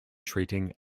treating